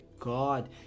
god